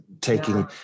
taking